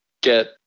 get